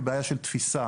היא בעיה של תפיסה,